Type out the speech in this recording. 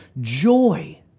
joy